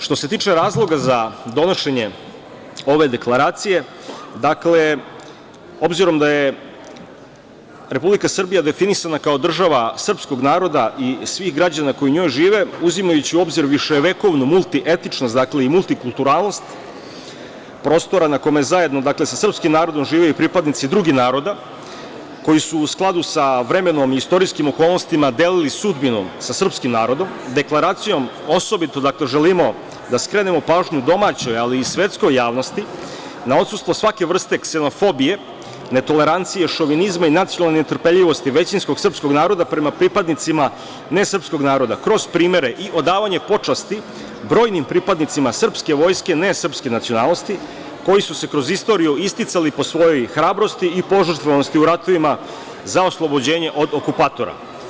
Što se tiče razloga za donošenje ove deklaracije, dakle, obzirom da je Republika Srbija definisana kao država srpskog naroda i svih građana koji u njoj žive, uzimajući u obzir viševekovnu multietičnost i multikulturalnost prostora na kome zajedno sa srpskim narodom žive pripadnici i drugih naroda koji su u skladu sa vremenom i istorijskim okolnostima delili sudbinu sa srpskim narodom, deklaracijom, osobito želimo da skrenemo pažnju domaćoj, ali i svetskoj javnosti na odsustvo svake vrste ksenofobije, netolerancije, šovinizma i nacionalne netrpeljivosti većinskog srpskog naroda prema pripadnicima nesrpskog naroda, kroz primere i odavanje počasti brojnim pripadnicima srpske vojske nesrpske nacionalnosti koji su se kroz istoriju isticali po svojoj hrabrosti i požrtvovanosti u ratovima za oslobođenje od okupatora.